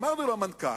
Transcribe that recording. אמרנו למנכ"ל: